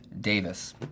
Davis